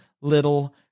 little